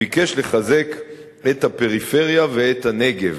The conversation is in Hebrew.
שביקש לחזק את הפריפריה ואת הנגב.